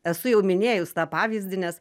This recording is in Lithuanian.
esu jau minėjus tą pavyzdį nes